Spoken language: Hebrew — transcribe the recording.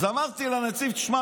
אז אמרתי לנציב: שמע,